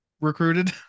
recruited